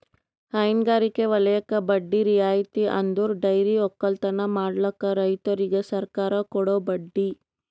ಹೈನಗಾರಿಕೆ ವಲಯಕ್ಕೆ ಬಡ್ಡಿ ರಿಯಾಯಿತಿ ಅಂದುರ್ ಡೈರಿ ಒಕ್ಕಲತನ ಮಾಡ್ಲುಕ್ ರೈತುರಿಗ್ ಸರ್ಕಾರ ಕೊಡೋ ಬಡ್ಡಿ